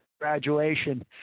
graduation